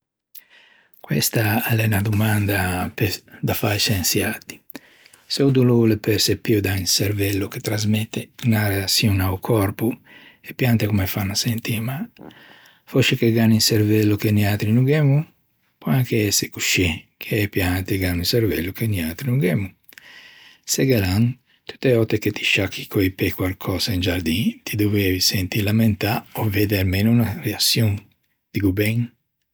Questa a l'é unna domanda da fâ a-i sciensiati. Se o dolô o l'é perçepio da un çervello ch'o trasmette unna reaçion a-o còrpo, e piante comme fan à sentî mâ? Fòsce che gh'an un çervello che noiatri no gh'emmo? Peu anche ëse coscì, che e piante gh'an un çervello che noiatri no gh'emmo. Se ghe l'an, tutte e vòtte che ti sciacchi quarcösa co-i pê in giardin ti dovieivi sentî lamentâ ò armeno vedde unna reaçion. Diggo ben?